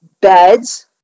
beds